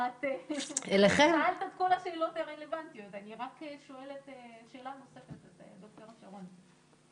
שאלה מאוד מאוד עמוקה